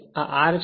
આ સાથે R છે